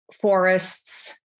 forests